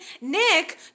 Nick